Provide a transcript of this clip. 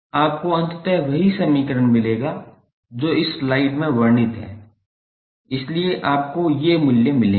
आपको अंततः वही समीकरण मिलेगा जो इस स्लाइड में वर्णित है इसलिए आपको ये मूल्य मिलेंगे